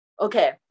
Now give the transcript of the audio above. okay